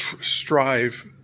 strive